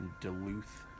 Duluth